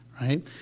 right